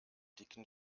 dicken